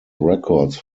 records